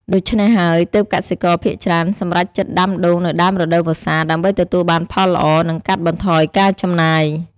ដូច្នេះហើយ ទើបកសិករភាគច្រើនសម្រេចចិត្តដាំដូងនៅដើមរដូវវស្សាដើម្បីទទួលបានផលល្អ និងកាត់បន្ថយការចំណាយ។